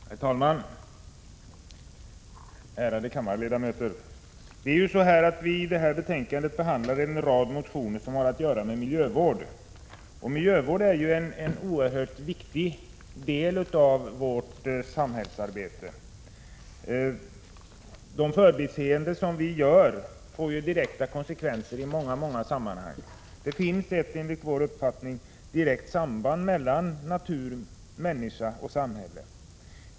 Herr talman, ärade kammarledamöter! I detta betänkande behandlas en rad motioner om miljövård. Miljövården är en oerhört viktig del av vårt samhällsarbete. De förbiseenden som vi gör får konsekvenser i många sammanhang. Enligt centerpartiets uppfattning finns det ett direkt samband mellan natur, människa och samhälle.